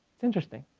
it's interesting.